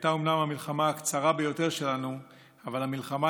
שהייתה אומנם המלחמה הקצרה ביותר שלנו אבל המלחמה